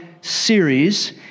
series